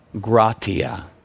gratia